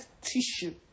tissue